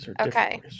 Okay